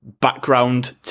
background